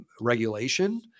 regulation